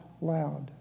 loud